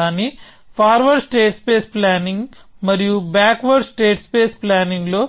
కానీ forward state space planning మరియు backward state space ప్లానింగ్లో